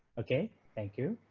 okay. thank you.